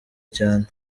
cyane